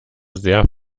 sehr